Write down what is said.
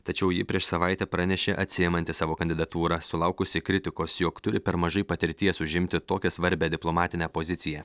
tačiau ji prieš savaitę pranešė atsiimanti savo kandidatūrą sulaukusi kritikos jog turi per mažai patirties užimti tokią svarbią diplomatinę poziciją